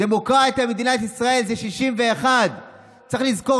דמוקרטיה במדינת ישראל היא 61. צריך לזכור